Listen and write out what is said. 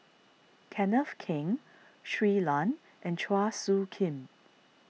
Kenneth Keng Shui Lan and Chua Soo Khim